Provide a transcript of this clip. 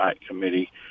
Committee